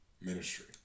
ministry